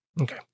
Okay